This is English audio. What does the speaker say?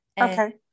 Okay